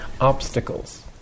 obstacles